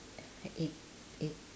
egg egg